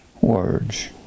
words